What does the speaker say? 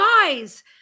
Guys